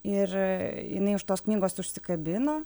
ir jinai už tos knygos užsikabino